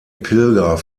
pilger